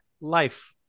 life